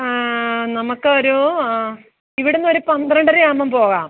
നമുക്ക് ഒരു ഇവിടെ നിന്ന് ഒരു പന്ത്രണ്ടര ആകുമ്പം പോകാം